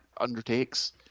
undertakes